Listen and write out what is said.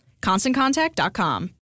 ConstantContact.com